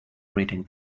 reading